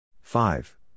Five